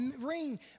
ring